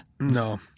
No